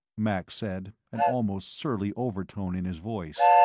max said, an almost surly overtone in his voice.